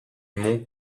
mont